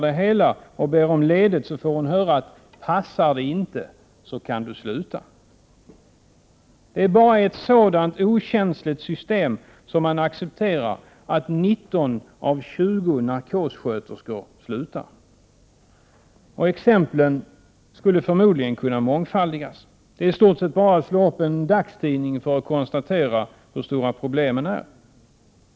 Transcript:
Och när hon påtalar det och ber om ledigt får hon höra, att ”passar det 27 april 1989 inte så kan du sluta”. Det är bara i ett sådant okänsligt system som man accepterar att 19 av 20 narkossköterskor slutar. Exemplen skulle förmodligen kunna mångfaldigas. Det räcker med att slå upp en dagstidning för att se hur stora problemen är.